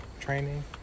training